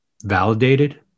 validated